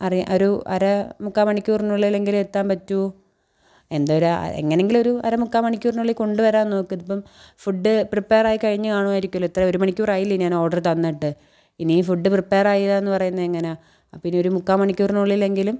അറി ഒരു അര മുക്കാ മണിക്കൂറിനുള്ളില്ലെങ്കിലുവെത്താൻ പറ്റുമോ എന്തൊരാ എങ്ങനെങ്കിലുവൊരു അര മുക്കാ മണിക്കുറിനുള്ളിൽ കൊണ്ടു വരാൻ നോക്ക് ഐപ്പം ഫുഡ്ഡ് പ്രിപ്പെയറായി കഴിഞ്ഞാൽ കാണുവാരിയ്ക്കൂലോ ഇത്ര ഒരു മണിക്കൂറായീലേ ഞാനോഡ്റ് തന്നിട്ട് ഇനീം ഫുഡ്ഡ് പ്രിപ്പെയറായില്ലാന്ന് പറയുന്നതെങ്ങന പിന്നെ ഒരു മുക്കാ മണിക്കൂറിനുള്ളിലെങ്കിലും